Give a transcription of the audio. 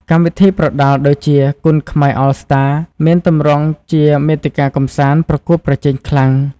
កម្មវិធីប្រដាល់ដូចជា "Kun Khmer All Star " មានទម្រង់ជាមាតិកាកម្សាន្ដ ប្រកួតប្រជែងកម្លាំង។